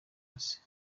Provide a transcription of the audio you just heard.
isi